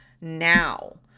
now